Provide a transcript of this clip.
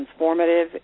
transformative